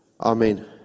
amen